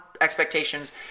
expectations